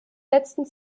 letzten